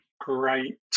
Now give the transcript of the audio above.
great